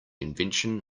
invention